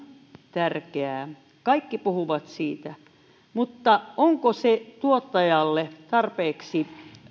tärkeää kaikki puhuvat siitä mutta onko tuottajalle tarpeeksi